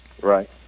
Right